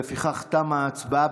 לפיכך, תמה ההצבעה.